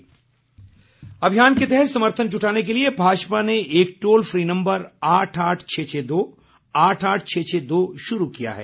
toll free अभियान के तहत समर्थन जुटाने के लिए भाजपा ने एक टोल फ्री नम्बर आठ आठ छ छ दो आठ आठ छः छः दो शुरू किया है